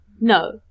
No